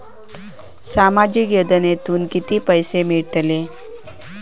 सामाजिक योजनेतून किती पैसे मिळतले?